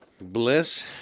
bliss